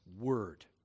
Word